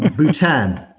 bhutan